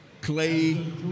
Clay